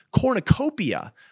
cornucopia